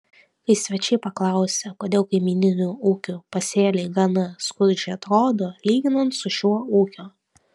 kai svečiai paklausė kodėl kaimyninių ūkių pasėliai gana skurdžiai atrodo lyginant su šio ūkio